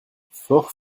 fort